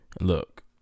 Look